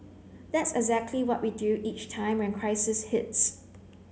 that's exactly what we do each time when crisis hits